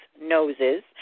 noses